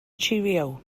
cheerio